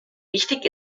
wichtig